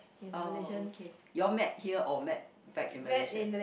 oh okay you all met here or met back in Malaysia